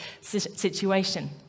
situation